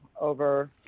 over